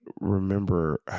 remember